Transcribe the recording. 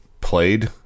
played